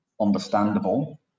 understandable